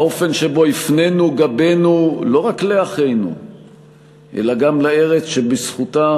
האופן שבו הפנינו גבנו לא רק לאחינו אלא גם לארץ שבזכותה